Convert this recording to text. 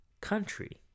country